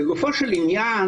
לגופו של עניין.